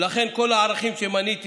לכן כל הערכים שמניתי,